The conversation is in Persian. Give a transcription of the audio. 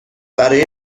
برای